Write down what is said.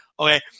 Okay